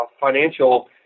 financial